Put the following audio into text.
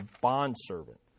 bondservant